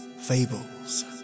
fables